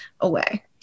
away